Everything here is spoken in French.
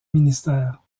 ministère